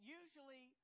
usually